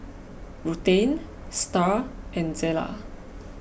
Ruthann Starr and Zella